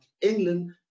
England